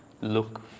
look